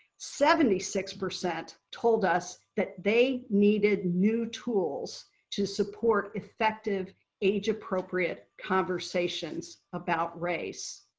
seventy six percent told us that they needed new tools to support effective age-appropriate conversations about race.